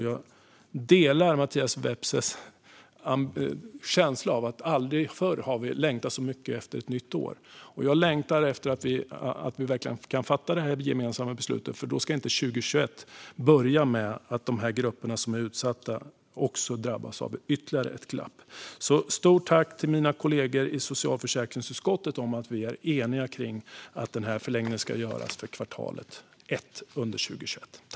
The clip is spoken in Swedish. Jag delar Mattias Vepsäs känsla av att vi aldrig förr har längtat så mycket efter ett nytt år. Jag längtar efter att vi kan fatta detta gemensamma beslut. Då ska inte 2021 börja med att dessa grupper som är utsatta drabbas av ytterligare ett glapp. Jag vill rikta ett stort tack till mina kollegor i socialförsäkringsutskottet för att vi är eniga om att den här förlängningen ska göras under första kvartalet 2021.